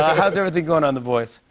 ah how's everything going on the voice?